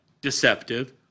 deceptive